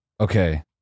Okay